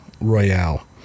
Royale